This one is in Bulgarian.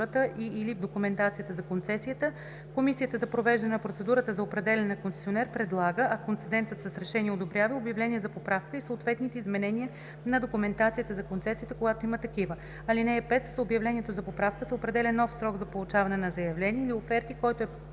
такива. (5) С обявлението за поправка се определя нов срок за получаване на заявления или оферти, който е